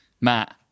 Matt